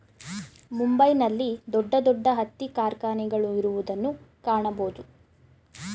ಮುಂಬೈ ನಲ್ಲಿ ದೊಡ್ಡ ದೊಡ್ಡ ಹತ್ತಿ ಕಾರ್ಖಾನೆಗಳು ಇರುವುದನ್ನು ಕಾಣಬೋದು